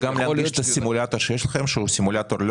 אם יש לכם איזשהו סימולטור,